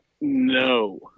No